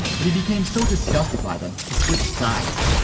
but he became so disgusted by them, he switched sides.